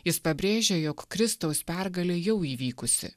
jis pabrėžė jog kristaus pergalė jau įvykusi